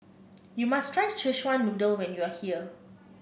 you must try Szechuan Noodle when you are here